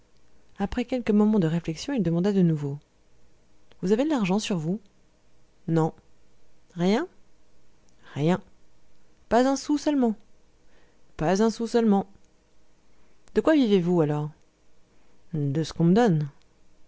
après quelques moments de réflexion il demanda de nouveau vous avez de l'argent sur vous non rien rien pas un sou seulement pas un sou seulement de quoi vivez-vous alors de ce qu'on me donne